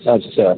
अच्छा